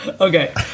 Okay